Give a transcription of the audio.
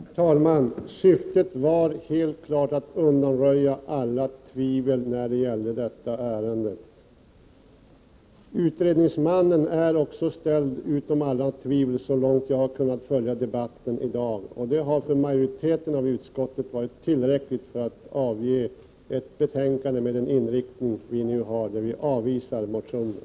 Herr talman! Syftet var helt klart att undanröja alla tvivel när det gäller detta ärende. Utredningsmannen är också ställd utom alla tvivel, så långt jag har kunnat följa debatten i dag. Det har för majoriteten av utskottet varit tillräckligt för att enas om ett betänkande med en inriktning som innebär att vi avvisar motionen.